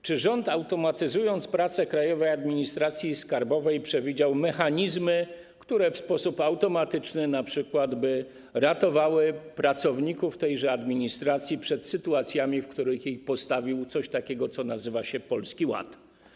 Czy rząd, automatyzując pracę Krajowej Administracji Skarbowej, przewidział mechanizmy, które w sposób automatyczny np. ratowałyby pracowników tejże administracji przed sytuacjami, w których postawiło ich coś takiego, co nazywa się Polski Ład?